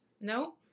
No